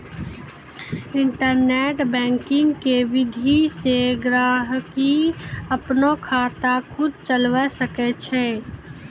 internet banking के विधि से गहकि अपनो खाता खुद चलावै सकै छै